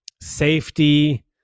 safety